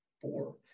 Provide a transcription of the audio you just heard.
Four